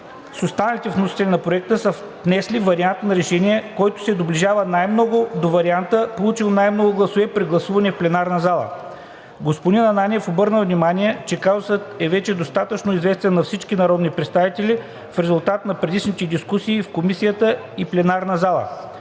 с останалите вносители на проекта са внесли вариант на решение, който се доближава най-много до варианта, получил най-много гласове при гласуването в пленарна зала. Господин Ананиев обърна внимание, че казусът е вече достатъчно известен на всички народни представители в резултат на предишните дискусии в комисията и пленарна зала,